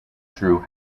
through